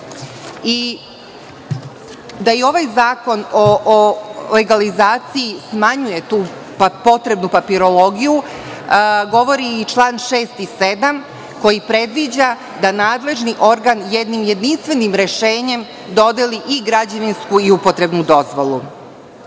ovaj zakon o legalizaciji smanjuje tu potrebnu papirologiju govori član 6. i 7. koji predviđa da nadležni organ jednim jedinstvenim rešenjem dodeli i građevinsku i upotrebnu dozvolu.Za